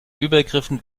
übergriffen